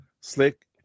Slick